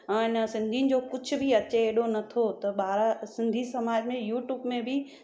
ऐं इन सिंधियुनि जो कुझु बि अचे अहिड़ो नथो त ॿार सिंधी समाज में यूट्यूब में बि